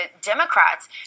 Democrats